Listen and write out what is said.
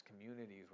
communities